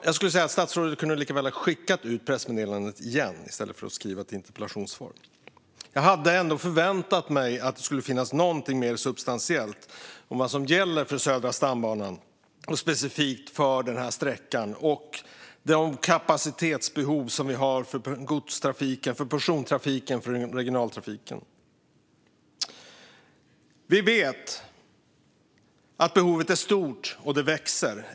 Jag skulle säga att statsrådet lika väl kunde ha skickat ut pressmeddelandet igen i stället för att skriva ett interpellationssvar. Jag hade förväntat mig något mer substantiellt om vad som gäller för Södra stambanan och specifikt för nämnda sträcka och de kapacitetsbehov som vi har för godstrafiken, persontrafiken och regionaltrafiken. Vi vet att behovet är stort och att det växer.